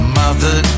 mother